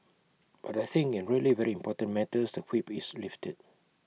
but I think in really very important matters the whip is lifted